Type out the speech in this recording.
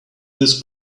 this